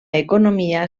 economia